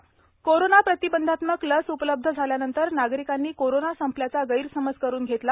corona corona प्रतिबंधात्मक लस उपलब्ध झाल्यानंतर नागरिकांनी कोरोना संपल्याचा गण्वसमज करून घेतला